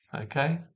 okay